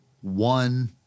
one